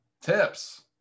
Tips